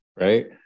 Right